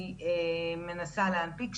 היא מנסה להנפיק,